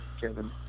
Kevin